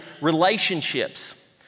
relationships